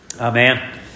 Amen